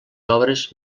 obres